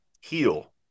heal